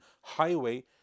highway